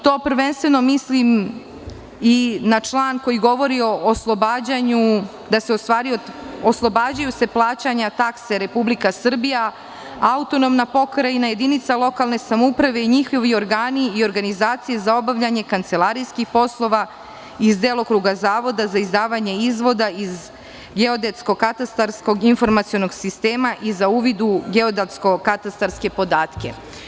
Tu prvenstveno mislim i na član koji govori o oslobađanju, gde se u stvari oslobađaju plaćanja takse Republika Srbija, autonomna pokrajina, jedinica lokalne samouprave i njihovi organi i organizacije za obavljanje kancelarijskih poslova iz delokruga zavoda za izdavanje izvoda iz geodetsko-katastarskog informacionog sistema i za uvid u geodetsko-katastarske podatke.